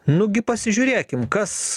nugi pasižiūrėkim kas